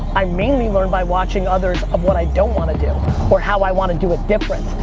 i mainly learn by watching others of what i don't want to do or how i want to do it different,